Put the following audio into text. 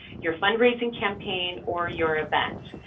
your fundraising campaign or your event.